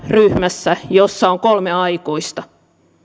ryhmässä jossa on kolme aikuista